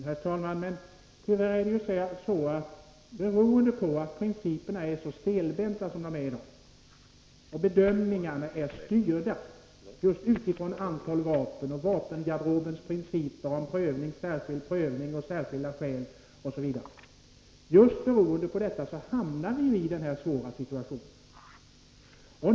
Herr talman! Tyvärr förhåller det sig på detta sätt beroende på att principerna är så stelbenta som de är i dag och bedömningarna är styrda just utifrån antal vapen och vapengarderobens principer om särskild prövning och särskilda skäl osv. Just beroende på detta hamnar vi i denna svåra situation.